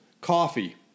coffee